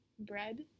Bread